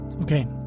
Okay